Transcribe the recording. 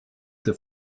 the